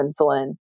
insulin